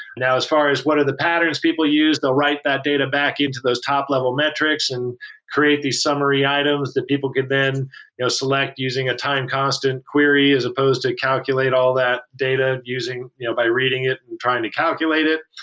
now as far as what are the patterns people use, they'll write that data back into those top-level metrics and create these summary items that people can then you know select using a time constant query as supposed to calculate all that data you know by reading it and trying to calculate it.